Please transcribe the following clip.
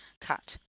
cut